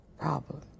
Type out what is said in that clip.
problem